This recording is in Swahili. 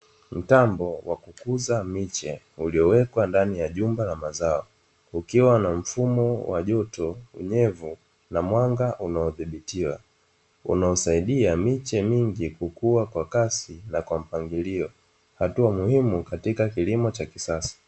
Mtambo wa kukuza miche uliowekwa ndani ya jumba la mazao, ukiwa na mfumo wa joto, unyevu na mwanga unaodhibitiwa, unaosaidia miche mingi kukua kwa kasi na kwa mpangilio, hatua muhimu katika kilimo cha kisasa.